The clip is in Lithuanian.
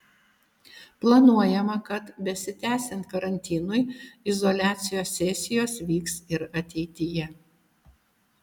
planuojama kad besitęsiant karantinui izoliacijos sesijos vyks ir ateityje